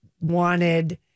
wanted